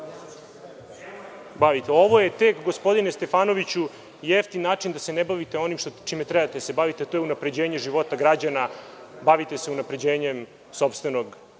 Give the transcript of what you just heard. bavite. Ovo je tek, gospodine Stefanoviću, jeftin način da se ne bavite onim čime biste trebali da se bavite, a to je unapređenje života građana. Bavite se unapređenjem sopstvenog